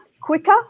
quicker